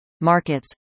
markets